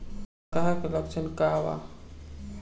डकहा के लक्षण का वा?